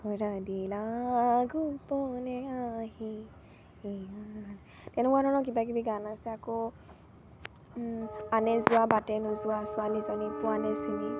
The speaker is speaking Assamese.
এনেকুৱা ধৰণৰ কিবা কিবি গান আছে আকৌ আনে যোৱা বাটে নোযোৱা ছোৱালীজনীক পোৱানে চিনি